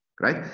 right